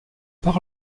par